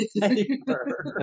paper